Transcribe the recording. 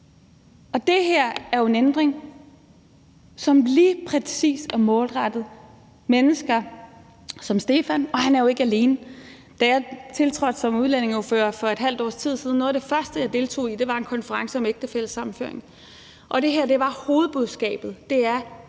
Det her er en ændring, som lige præcis er målrettet mennesker som Stefan. Og han er jo ikke alene. Da jeg tiltrådte som udlændingeordfører for et halvt års tid siden, var noget af det første, jeg deltog i, en konference om ægtefællesammenføring. Det her var hovedbudskabet. Det her